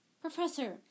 Professor